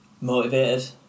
motivated